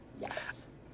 yes